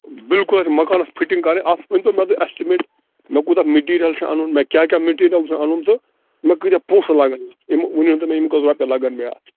بلکُل اَسہِ مَکانس فِٹِنٛگ کَرٕنۍ اَتھ ؤنۍتَو مےٚ تُہۍ اٮ۪سٹِمیٹ مےٚ کوٗتاہ مِٹیٖرل چھُ اَنُن مےٚ کیٛاہ کیٛاہ مِٹیٖرل چھُ اَنُن تہٕ مےٚ کٲتاہ پۄنٛسہٕ لَگن یہِ ؤنِو تُہۍ مےٚ یِم کٔژ رۄپیہِ لَگن مےٚ اَتھ